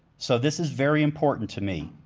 so this is very important to me.